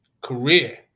career